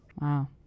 Wow